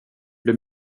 blir